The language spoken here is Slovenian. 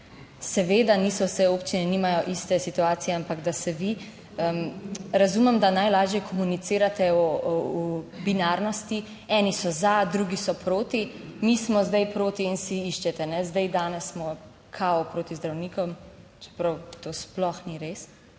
Seveda niso vse občine nimajo iste situacije, ampak da se vi razumem, da najlažje komunicirate v binarnosti, eni so za, drugi so proti, mi smo zdaj proti in si iščete. 13. TRAK: (VP) 10.10 (nadaljevanje) Zdaj danes smo kao proti zdravnikom, čeprav to sploh ni res